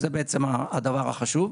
זה בעצם הדבר החשוב.